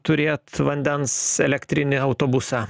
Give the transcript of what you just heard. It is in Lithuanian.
turėt vandens elektrinį autobusą